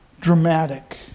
dramatic